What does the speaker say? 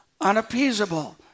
unappeasable